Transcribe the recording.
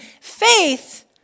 faith